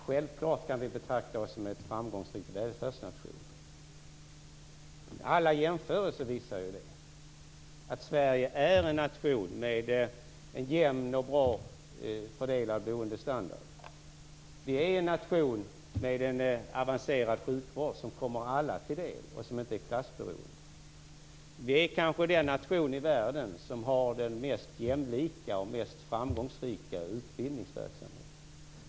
Fru talman! Självklart kan vi betrakta oss som en framgångsrik välfärdsnation. Alla jämförelser visar ju att Sverige är en nation med en jämn och bra fördelad boendestandard. Vi är en nation med en avancerad sjukvård, som kommer alla till del och inte är klassbunden. Vi är kanske den nation i världen som har den mest jämlika och mest framgångsrika utbildningsverksamheten.